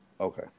Okay